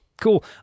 cool